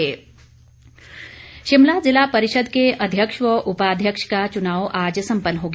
जिला परिषद शिमला जिला परिषद के अध्यक्ष व उपाध्यक्ष का चुनाव आज सम्पन्न हो गया